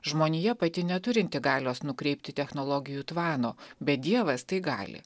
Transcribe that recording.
žmonija pati neturinti galios nukreipti technologijų tvano bet dievas tai gali